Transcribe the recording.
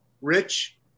rich